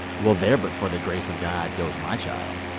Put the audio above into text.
well, there but for the grace of god goes my child,